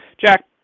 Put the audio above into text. Jack